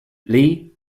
lee